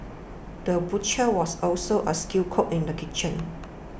the butcher was also a skilled cook in the kitchen